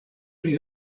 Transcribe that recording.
pri